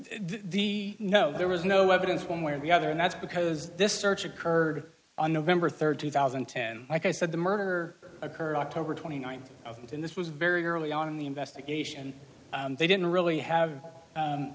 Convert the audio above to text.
the no there was no evidence one way or the other and that's because this search occurred on november third two thousand and ten like i said the murder occurred october twenty ninth of june this was very early on in the investigation and they didn't really have